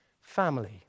family